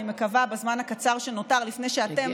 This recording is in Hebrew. אני מקווה שבזמן הקצר שנותר לפני שאתם